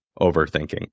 overthinking